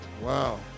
Wow